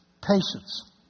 patience